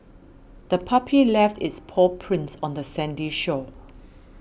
the puppy left its paw prints on the sandy shore